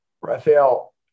Raphael